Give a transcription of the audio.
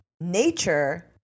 nature